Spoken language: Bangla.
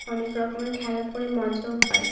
অনেক রকমের খেলা করে মজাও পাই